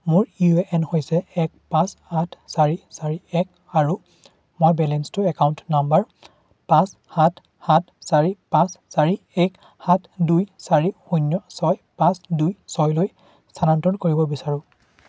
মোৰ U A N হৈছে এক পাঁচ আঠ চাৰি চাৰি এক আৰু মই বেলেন্সটো একাউণ্ট নম্বৰ পাঁচ সাত সাত চাৰি পাঁচ চাৰি এক সাত এক দুই চাৰি শূন্য ছয় পাঁচ দুই ছয়লৈ স্থানান্তৰণ কৰিব বিচাৰোঁ